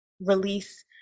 release